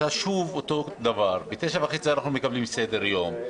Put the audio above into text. שוב אותו דבר ב-09:30 אנחנו מקבלים סדר-יום.